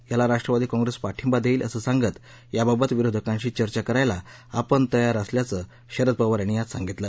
याला राष्ट्रवादी काँगेस पाठिंबा देईल असं सांगत याबाबत विरोधकाशी चर्चा करायला आपण तयार असल्याचं शरद पवार यांनी आज सांगितलं